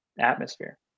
atmosphere